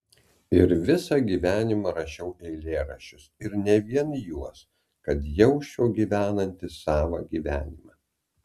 ir visą gyvenimą rašiau eilėraščius ir ne vien juos kad jausčiau gyvenantis savą gyvenimą